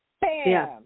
bam